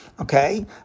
Okay